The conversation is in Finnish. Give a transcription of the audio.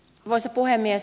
arvoisa puhemies